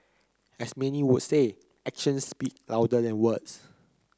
as many would say actions speak louder than words